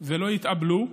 ולא יתאבלו,